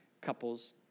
couples